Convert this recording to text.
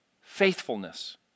faithfulness